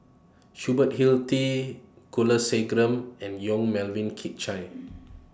Hubert Hill T Kulasekaram and Yong Melvin Chye